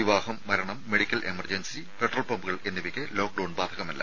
വിവാഹം മരണം medical emergency petrol പമ്പുകൾ എന്നിവയ്ക്ക് ലോക്ഡൌൺ ബാധകമല്ല